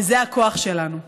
וזה הכוח שלנו.